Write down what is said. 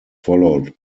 followed